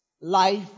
life